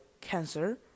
cancer